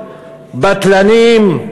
בטלנים,